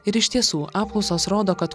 ir iš tiesų apklausos rodo kad